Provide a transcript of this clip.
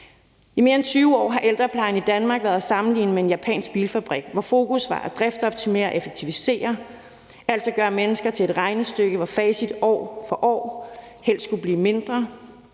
I mere end 20 år har ældreplejen i Danmark været at sammenligne med en japansk bilfabrik, hvor fokus var på at driftoptimere og at effektivisere, altså at gøre mennesker til et regnestykke, hvor facit år for år helst skule blive mindre,